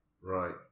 right